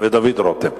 ודוד רותם.